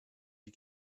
die